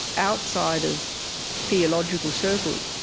outside of theological circles,